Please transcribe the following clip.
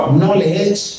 knowledge